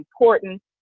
important